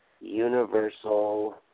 Universal